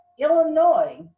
Illinois